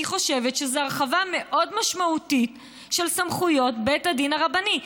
אני חושבת שזו הרחבה מאוד משמעותית של סמכויות בית הדין הרבני.